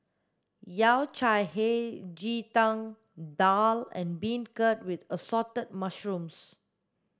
yao cai hei ji tang daal and beancurd with assorted mushrooms